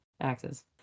axes